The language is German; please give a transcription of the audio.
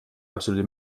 absolute